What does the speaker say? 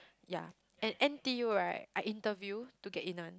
ya and N_T_U right I interview to get in one